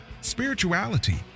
spirituality